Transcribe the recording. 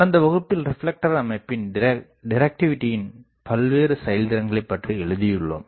கடந்த வகுப்பில் ரிப்ளெக்டர் அமைப்பின் டிரக் டிவிடியின் பல்வேறு செயல் திறன்களை பற்றி எழுதியுள்ளோம்